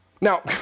Now